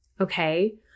Okay